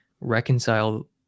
reconcile